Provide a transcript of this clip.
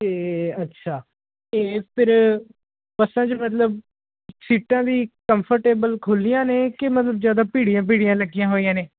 ਅਤੇ ਅੱਛਾ ਇਹ ਫਿਰ ਬੱਸਾਂ 'ਚ ਮਤਲਬ ਸੀਟਾਂ ਦੀ ਕੰਫਰਟੇਬਲ ਖੁੱਲੀਆਂ ਨੇ ਕਿ ਮਤਲਬ ਜ਼ਿਆਦਾ ਭੀੜੀਆਂ ਭੀੜੀਆਂ ਲੱਗੀਆਂ ਹੋਈਆਂ ਨੇ